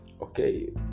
Okay